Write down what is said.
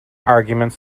arguments